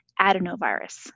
adenovirus